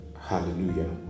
Hallelujah